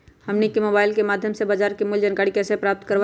हमनी के मोबाइल के माध्यम से बाजार मूल्य के जानकारी कैसे प्राप्त करवाई?